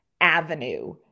avenue